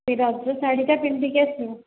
ସେ ରଜ ଶାଢ଼ୀଟା ପିନ୍ଧିକି ଆସିବ